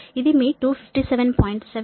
78 cosine మీ 152